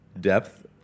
Depth